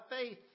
faith